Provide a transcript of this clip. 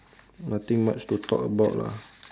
nothing much to talk about lah